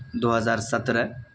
دو ہزار سترہ